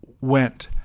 went